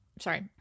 Sorry